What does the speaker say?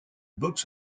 box